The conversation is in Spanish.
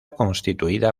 constituida